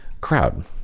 crowd